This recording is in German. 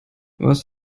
was